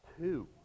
two